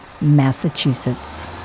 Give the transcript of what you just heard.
Massachusetts